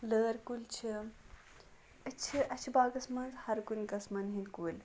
لٲر کُلۍ چھِ أسۍ چھِ اسہِ چھِ باغس منٛز ہر کُنہِ قٕسمَن ہٕنٛدۍ کُلۍ